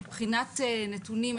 מבחינת נתונים,